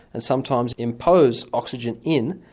and sometimes impose oxygen in.